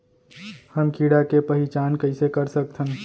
हम कीड़ा के पहिचान कईसे कर सकथन